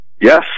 Yes